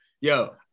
Yo